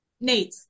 Nate